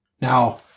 Now